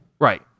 Right